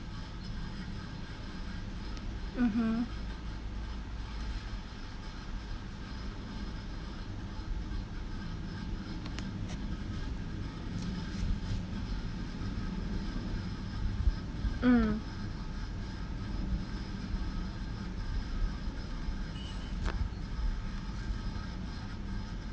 mmhmm mm